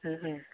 Om Om